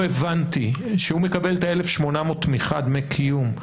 כשהוא מקבל את ה-1,800 תמיכה דמי קיום,